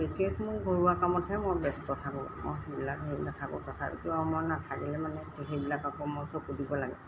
বিশেষ মোৰ ঘৰুৱা কামতহে মই ব্যস্ত থাকোঁ মই সেইবিলাক হেৰি নাথাকোঁ তথাপিতো আৰু মই নাথাকিলে মানে এই সেইবিলাক আকৌ মোৰ চকু দিব লাগে